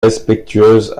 respectueuse